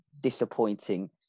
disappointing